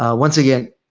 ah once again,